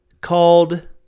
called